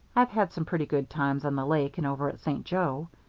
i've had some pretty good times on the lake and over at st. joe.